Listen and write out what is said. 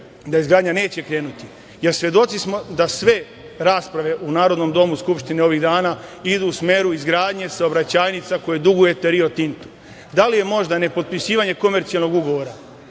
da izgradnja neće krenuti, jer svedoci smo da sve rasprave u Domu Narodne skupštine ovih dana idu u smeru izgradnje saobraćajnica koje dugujete Rio Tintu? Da li je možda nepotpisivanje komercijalnog ugovora